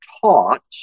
taught